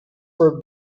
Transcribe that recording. for